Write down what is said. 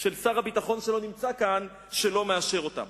של שר הביטחון, שלא נמצא כאן, שלא מאשר אותם.